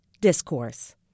discourse